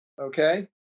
Okay